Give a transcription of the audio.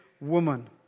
woman